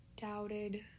doubted